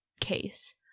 case